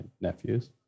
nephews